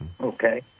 okay